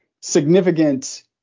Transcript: significant